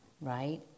right